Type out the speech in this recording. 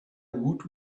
woot